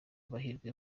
amahirwe